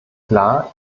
klar